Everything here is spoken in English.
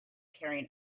carrying